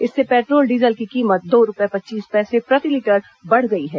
इससे petrol diesel की कीमत दो रूपये पच्चीस पैसे प्रति लीटर बढ़ गई है